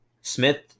Smith